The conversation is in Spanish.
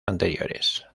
anteriores